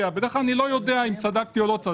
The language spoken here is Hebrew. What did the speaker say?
בדרך כלל לא יודע אם צדקתי או לא.